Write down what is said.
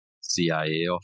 CIA